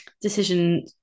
decision